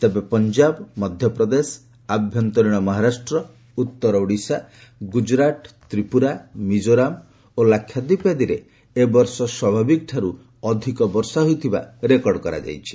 ତେବେ ପଞ୍ଜାବ ମଧ୍ୟପ୍ରଦେଶ ଆଭ୍ୟନ୍ତରୀଣ ମହାରାଷ୍ଟ୍ର ଉତ୍ତର ଓଡ଼ିଶା ଗୁଜରାଟ ତ୍ରିପୁରା ମିଜୋରାମ ଓ ଲାକ୍ଷାଦ୍ୱୀପ ଆଦିରେ ଏବର୍ଷ ସ୍ୱାଭାବିକଠାରୁ ଅଧିକ ବର୍ଷା ହୋଇଥିବା ରେକର୍ଡ କରାଯାଇଛି